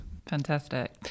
fantastic